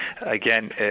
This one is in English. Again